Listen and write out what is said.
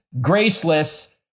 graceless